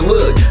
Look